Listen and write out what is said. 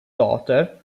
daughter